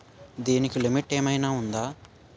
దీనికి లిమిట్ ఆమైనా ఉందా?